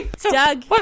Doug